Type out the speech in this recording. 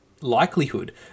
likelihood